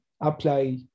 apply